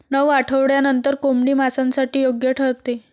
नऊ आठवड्यांनंतर कोंबडी मांसासाठी योग्य ठरते